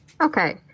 Okay